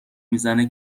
میزنه